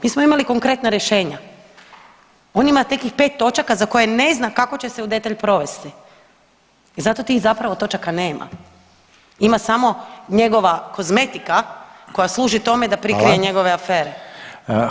Mi smo imali konkretna rješenja, on ima nekih 5 točaka za koje ne zna kako će se u detalj provesti i zato tih zapravo točaka nema, ima samo njegova kozmetika koja služi tome da prikrije njegove afere.